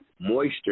moisture